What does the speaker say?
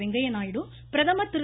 வெங்கையா நாயுடு பிரதமர் திரு